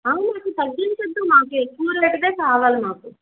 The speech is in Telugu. అసలు తగ్గించవద్దు మాకు ఎక్కువ రేటుదే కావాలి మాకు